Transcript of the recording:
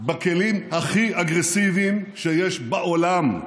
בכלים הכי אגרסיביים שיש בעולם,